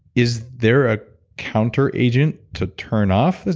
is there a counter agent to turn off?